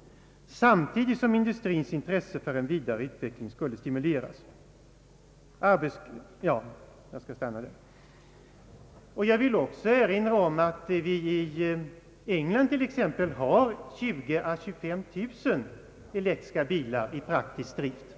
— samtidigt som industrins intresse för en vidare utveckling skulle stimuleras.» Jag vill även erinra om att det t.ex. i England finns 20 000—25 000 elektriska bilar i praktisk drift.